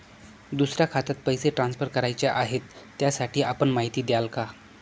दुसऱ्या खात्यात पैसे ट्रान्सफर करायचे आहेत, त्यासाठी आपण माहिती द्याल का?